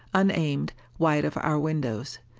unaimed, wide of our windows.